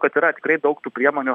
kad yra tikrai daug tų priemonių